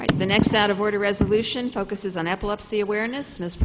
write the next out of order resolution focuses on epilepsy awareness mis